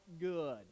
good